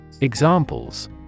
Examples